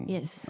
Yes